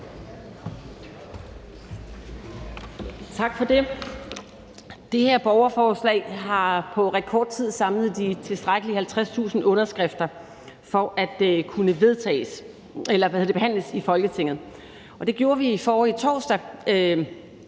Tak for det. Det her borgerforslag har på rekordtid samlet de tilstrækkelige 50.000 underskrifter for at kunne behandles i Folketinget. Det gjorde vi forrige torsdag